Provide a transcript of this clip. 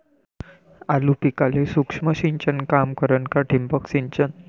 आलू पिकाले सूक्ष्म सिंचन काम करन का ठिबक सिंचन?